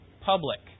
public